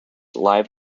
live